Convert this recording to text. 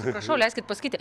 prašau leiskit pasakyti